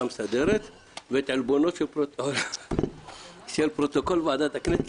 המסדרת ואת עלבונו של פרוטוקול ועדת הכנסת,